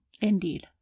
Indeed